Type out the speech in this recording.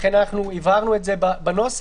לכן אנחנו הבהרנו את זה בנוסח.